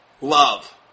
love